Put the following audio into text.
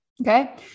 Okay